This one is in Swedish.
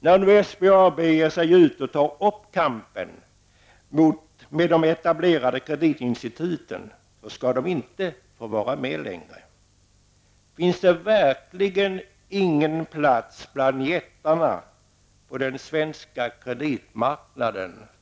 När SBAB nu ger sig ut och tar upp kampen med de etablerade kreditinstituten skall SBAB inte få vara med längre. Finns det verkligen ingen plats för SBAB bland jättarna på den svenska kreditmarknaden?